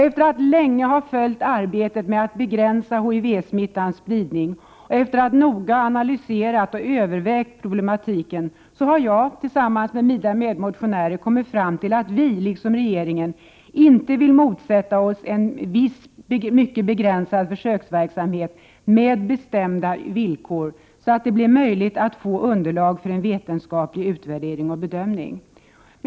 Efter att länge ha följt arbetet med att begränsa HIV-smittans spridning och efter att noga ha analyserat och övervägt problematiken, har jag tillsammans med mina medmotionärer kommit fram till att vi — liksom regeringen —inte vill motsätta oss en viss, mycket begränsad försöksverksamhet med bestämda villkor så att det blir möjligt att skaffa underlag för en vetenskaplig utvärdering och bedömning.